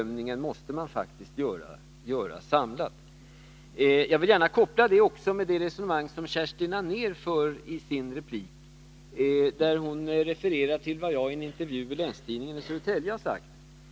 Man måste faktiskt göra en samlad bedömning av detta. Jag vill gärna koppla detta till det resonemang som Kerstin Anér förde i sin replik, där hon refererade till vad jag har sagt i en intervju i Länstidningen i Södertälje.